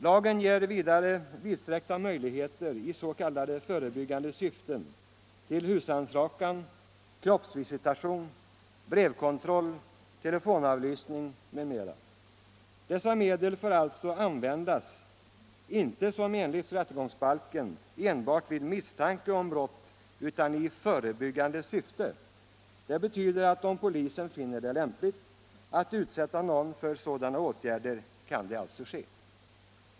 Lagen ger vidare i s.k. förebyggande syfte vidsträckta möjligheter till husrannsakan, kroppsvisitation, brevkontroll, telefonavlyssning m.m. Dessa medel får alltså användas i förebyggande syfte — inte, som enligt rättegångsbalken, enbart vid misstanke om brott. Det betyder att om polisen finner det lämpligt att vidta sådana åtgärder mot någon kan man göra det.